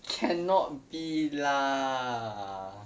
cannot be lah